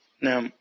Now